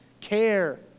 care